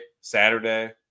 Saturday